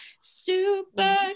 Super